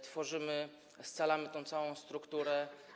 Tworzymy, scalamy tę całą strukturę.